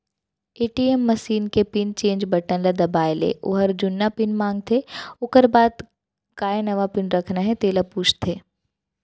ATM machine के pin change button ल दबाए ले ओहर जुन्ना पिन मांगथे ओकर बाद काय नवा पिन रखना हे तेला पूछथे